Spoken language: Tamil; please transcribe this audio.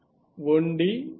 1D 2D 3D